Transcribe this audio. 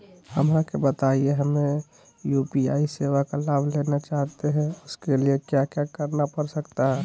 हमरा के बताइए हमें यू.पी.आई सेवा का लाभ लेना चाहते हैं उसके लिए क्या क्या करना पड़ सकता है?